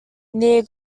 near